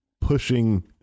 pushing